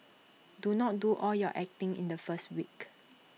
do not do all your acting in the first week